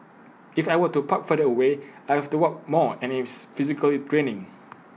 if I were to park further away I have to walk more and it's physically draining